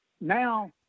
now